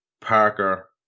Parker